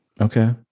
Okay